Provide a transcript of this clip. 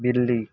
बिल्ली